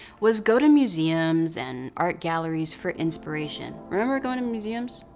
was go to museums and art galleries for inspiration. remember going to museums?